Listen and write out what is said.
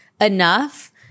enough